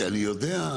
אני יודע,